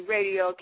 Radio